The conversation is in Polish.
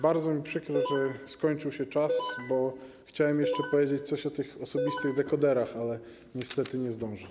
Bardzo mi przykro, że skończył się czas, bo chciałem jeszcze powiedzieć coś o tych osobistych dekoderach, ale niestety nie zdążę.